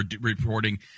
reporting